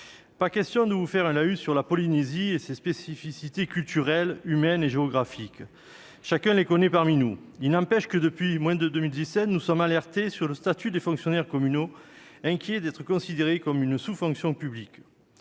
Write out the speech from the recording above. pas question pour moi de vous faire un laïus sur la Polynésie française et ses spécificités culturelles, humaines et géographiques- chacun les connaît parmi nous. Il n'empêche que, depuis au moins 2017, nous sommes alertés sur le statut des fonctionnaires communaux, inquiets d'être considérés comme une sous-fonction publique.